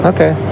Okay